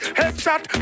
headshot